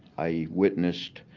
i witnessed